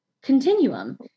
continuum